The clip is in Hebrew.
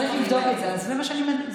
צריך לבדוק את זה, אז זה מה שאני אומרת.